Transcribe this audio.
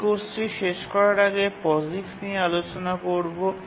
এই কোর্সটি শেষ করার আগে পসিক্স নিয়ে আলোচনা করবো